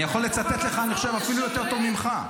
אני יכול לצטט לך עכשיו אפילו יותר טוב ממך.